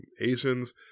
Asians